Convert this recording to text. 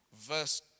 verse